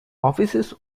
offices